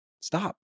Stop